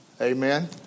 Amen